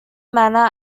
manner